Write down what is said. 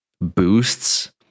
boosts